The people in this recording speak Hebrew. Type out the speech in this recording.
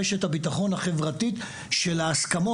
את רשת הביטחון החברתית של ההסכמות.